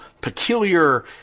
peculiar